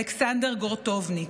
אלכסנדר גורטובניק: